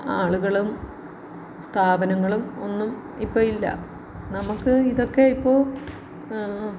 ആളുകളും സ്ഥാപനങ്ങളും ഒന്നും ഇപ്പം ഇല്ല നമുക്ക് ഇതൊക്കെ ഇപ്പോൾ